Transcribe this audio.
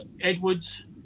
Edwards